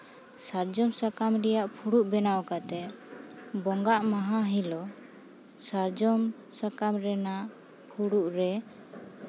ᱥᱟᱨᱡᱚᱢ ᱥᱟᱠᱟᱢ ᱨᱮᱭᱟᱜ ᱯᱷᱩᱲᱩᱜ ᱵᱮᱱᱟᱣ ᱠᱟᱛᱮᱫ ᱵᱚᱸᱜᱟ ᱢᱟᱦᱟᱜ ᱦᱤᱞᱳᱜ ᱥᱟᱨᱡᱚᱢ ᱥᱟᱠᱟᱢ ᱨᱮᱱᱟᱜ ᱯᱷᱩᱲᱩᱜ ᱨᱮ